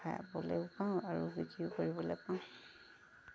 খাবলৈও পাওঁ আৰু বিক্ৰীও কৰিবলৈও পাওঁ